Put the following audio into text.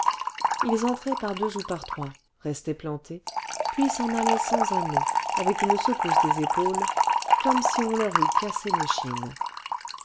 ils entraient par deux ou par trois restaient plantés puis s'en allaient sans un mot avec une secousse des épaules comme si on leur eût